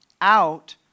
out